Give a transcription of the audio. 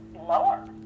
lower